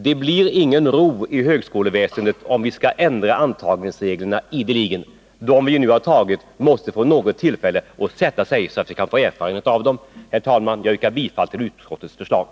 Det blir ingen ro i högskoleväsendet om vi ideligen ändrar antagningsreglerna. De regler som vi nu har antagit måste få tillfälle att ”sätta sig”, så att vi kan få erfarenhet av dem. Herr talman! Jag yrkar bifall till utskottets hemställan.